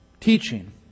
teaching